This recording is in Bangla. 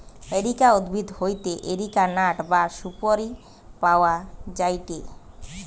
এরিকা উদ্ভিদ হইতে এরিকা নাট বা সুপারি পাওয়া যায়টে